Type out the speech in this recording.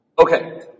Okay